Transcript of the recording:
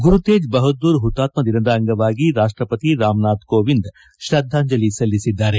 ಗುರುತೇಜ್ ಬಹದ್ಲೂರ್ ಹುತಾತ್ನ ದಿನದ ಅಂಗವಾಗಿ ರಾಷ್ಷಪತಿ ರಾಮನಾಥ್ ಕೋವಿಂದ್ ಕ್ರದ್ದಾಂಜಲಿ ಸಲ್ಲಿಸಿದ್ದಾರೆ